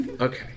Okay